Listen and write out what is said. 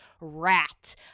rat